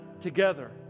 together